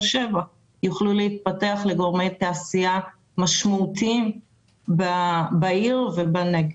שבע יוכלו להתפתח לגורמי תעשייה משמעותיים בעיר ובנגב.